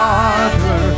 Father